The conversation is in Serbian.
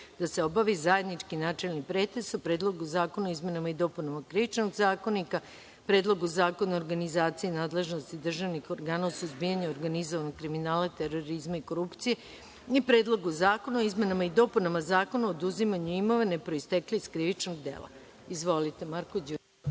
da se obavi zajednički načelni pretres o Predlogu zakona o izmenama i dopunama Krivičnog zakonika, Predlogu zakona o organizaciji nadležnosti državnih organa u suzbijanju organizovanog kriminala, terorizma i korupcije i Predlogu zakona o izmenama i dopunama Zakona o oduzimanju imovine proistekle iz krivičnog dela. Izvolite. Marko Đurišić.